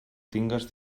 tingues